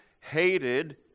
hated